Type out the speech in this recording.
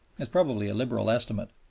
is probably a liberal estimate.